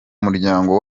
muryango